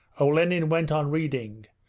olenin went on reading,